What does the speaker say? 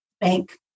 bank